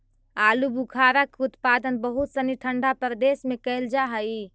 आलूबुखारा के उत्पादन बहुत सनी ठंडा प्रदेश में कैल जा हइ